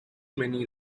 many